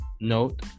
Note